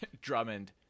Drummond